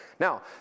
Now